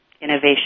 innovation